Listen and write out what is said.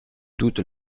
toute